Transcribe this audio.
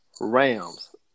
Rams